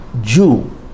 jew